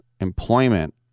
employment